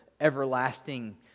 everlasting